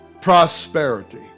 prosperity